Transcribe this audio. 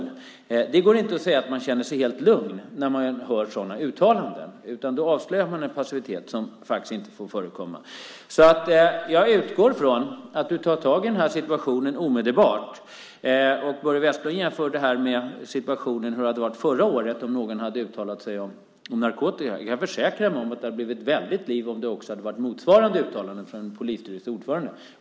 Det går inte att säga att man känner sig helt lugn när man hör sådana här uttalanden. Då avslöjas en passivitet som inte får förekomma. Jag utgår från att du omedelbart tar tag i den här situationen. Börje Vestlund jämförde med hur det skulle ha varit om någon förra året hade uttalat sig om friare narkotika. Jag kan försäkra att det också då hade blivit ett väldigt liv om ett motsvarande uttalande gjordes från en polisstyrelseordförande.